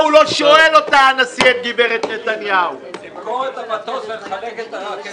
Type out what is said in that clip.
נמכור את המטוס ונחלק את הכסף בין אזרחי ישראל.